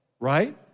right